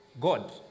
God